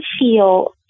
feel